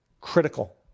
critical